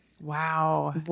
Wow